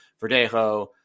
Verdejo